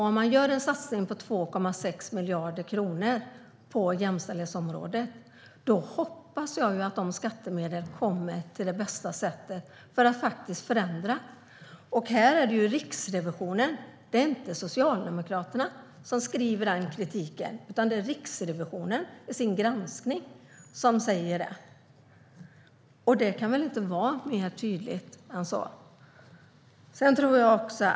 Om man satsar 2,6 miljarder kronor på jämställdhetsområdet hoppas jag ju att de skattemedlen används på det bästa sättet så att det blir en förändring. Det är Riksrevisionen, inte Socialdemokraterna, som framför den kritiken i sin granskning. Det kan väl inte vara mer tydligt än så.